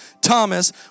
Thomas